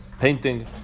painting